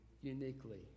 uniquely